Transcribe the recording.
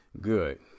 good